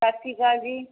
ਸਤਿ ਸ਼੍ਰੀ ਅਕਾਲ ਜੀ